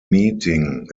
meeting